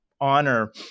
honor